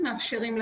אנחנו מאפשרים,